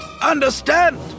understand